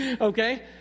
Okay